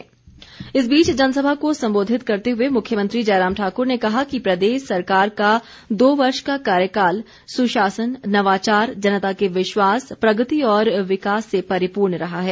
समारोह जयराम इस बीच जनसभा को सम्बोधित करते हुए मुख्यमंत्री जयराम ठाकुर ने कहा कि प्रदेश सरकार का दो वर्ष का कार्यकाल सुशासन नवाचार जनता के विश्वास प्रगति और विकास से परिपूर्ण रहा है